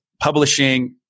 publishing